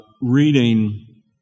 reading